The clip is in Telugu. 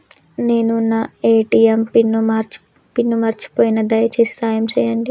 నేను నా ఏ.టీ.ఎం పిన్ను మర్చిపోయిన, దయచేసి సాయం చేయండి